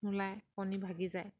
নোলাই কণী ভাঙি যায়